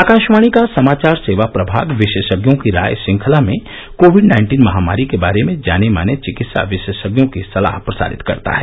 आकाशवाणी का समाचार सेवा प्रभाग विशेषज्ञों की राय श्रंखला में कोविड नाइन्टीन महामारी के बारे में जाने माने चिकित्सा विशेषज्ञों की सलाह प्रसारित करता है